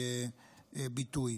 ביטוי.